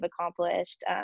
accomplished